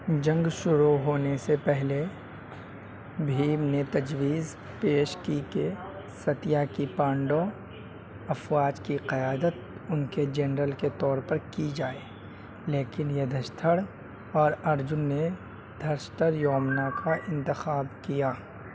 جنگ شروع ہونے سے پہلے بھیم نے تجویز پیش کی کہ ستیاکی پانڈو افواج کی قیادت ان کے جنرل کے طور پر کی جائے لیکن یدھشٹھر اور ارجن نے دھرشٹھر یومنا کا انتخاب کیا